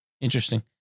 Interesting